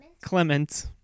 Clement